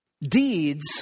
Deeds